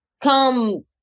come